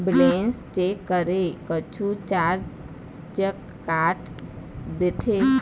Balance check करें कुछू charge काट देथे?